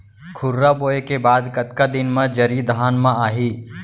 खुर्रा बोए के बाद कतका दिन म जरी धान म आही?